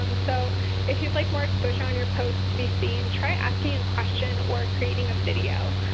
um so if you'd like more exposure on your posts to be seen, try asking a question or creating a video.